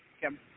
Kim